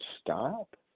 stop